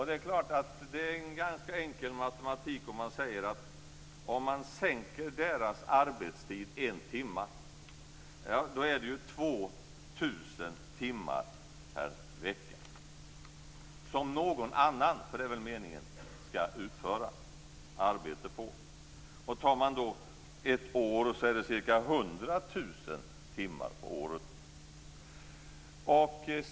Det är klart att det är en ganska enkel matematik att om man sänker deras arbetstid med en timme så får någon annan, för det är väl meningen, utföra arbete 2 000 timmar per vecka. Tar man då ett år blir det ca 100 000 timmar.